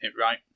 right